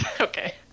Okay